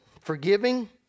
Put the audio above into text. forgiving